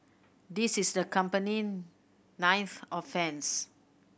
this is the company ninth offence